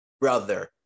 brother